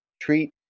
treat